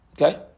Okay